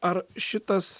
ar šitas